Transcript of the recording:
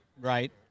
Right